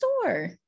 store